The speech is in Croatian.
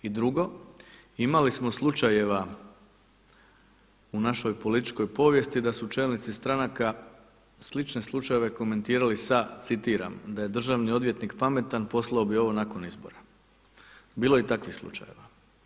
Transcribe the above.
I drugo, imali smo slučajeva u našoj političkoj povijesti da su čelnici stranaka slične slučajeve komentirali sa citiram: „Da je državni odvjetnik pametan poslao bi ovo nakon izbora.“, bilo je i takvih slučajeva.